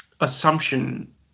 assumption